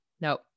No